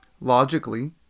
Logically